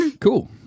Cool